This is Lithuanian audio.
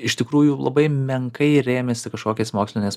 iš tikrųjų labai menkai rėmėsi kažkokiais moksliniais